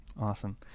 Awesome